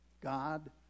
God